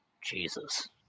Jesus